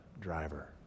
driver